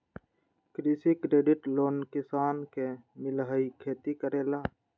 कृषि credit loan किसान के मिलहई खेती करेला?